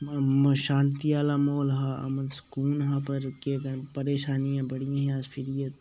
शांति आह्ला म्हौल हा अमन सकून आह्ला पर केह् करना परेशानियां बड़ियां फिर एह्